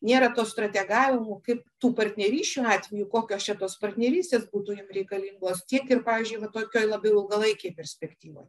nėra to strategavimo kaip tų partnerysčių atveju kokios čia tos partnerystės būtų reikalingos tiek ir pavyzdžiui va tokioj labai ilgalaikėj perspektyvoj